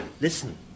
Listen